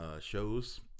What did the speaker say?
shows